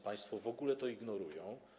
Państwo w ogóle to ignorują.